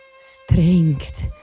strength